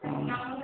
ಹ್ಞೂ